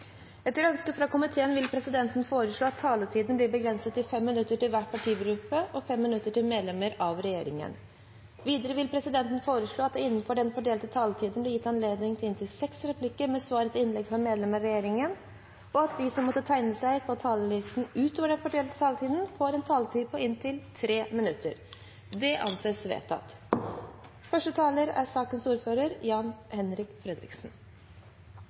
Etter ønske fra næringskomiteen vil presidenten foreslå at taletiden blir begrenset til 5 minutter til hver partigruppe og 5 minutter til medlemmer av regjeringen. Videre vil presidenten foreslå at det – innenfor den fordelte taletid – blir gitt anledning til inntil seks replikker med svar etter innlegg fra medlemmer av regjeringen, og at de som måtte tegne seg på talerlisten utover den fordelte taletid, får en taletid på inntil 3 minutter. – Det anses vedtatt. Det er